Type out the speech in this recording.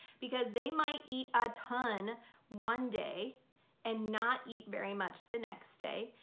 because they might eat a ton one day and not eat very much the next day.